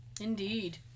Indeed